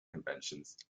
conventions